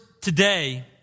today